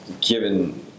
given